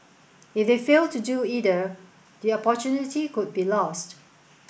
if they fail to do either the opportunity could be lost